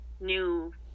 new